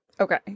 Okay